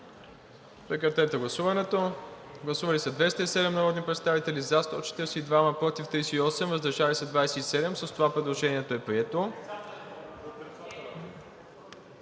режим на гласуване. Гласували 174 народни представители: за 172, против 1, въздържал се 1. С това предложението е прието.